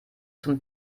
zum